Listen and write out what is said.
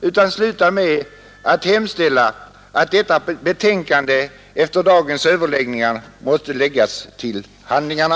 Jag vill avslutningsvis hemställa att konstitutionsutskottets betänkande nr 26 efter dagens överläggningar måtte läggas till handlingarna.